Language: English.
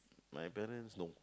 my parents no